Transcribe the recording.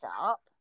up